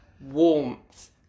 warmth